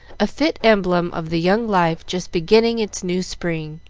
a fit emblem of the young life just beginning its new spring.